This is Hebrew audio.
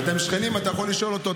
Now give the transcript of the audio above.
אתם שכנים, אתה יכול לשאול אותו.